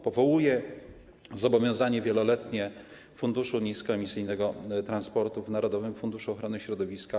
Powołuje się zobowiązanie wieloletnie Fundusz Niskoemisyjnego Transportu w narodowym funduszu ochrony środowiska.